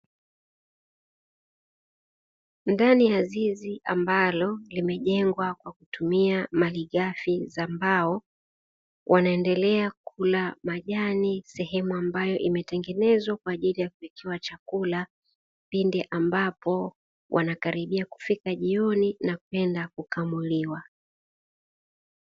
Ndani ya zizi ambalo limejengwa kwa kutumia malighafi za mbao, wanaendelea kula majani sehemu ambayo imetengenezwa kwa ajili ya kuwekewa chakula pindi ambapo wanakaribia kufika jioni na kwenda kukamuliwa.